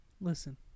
Listen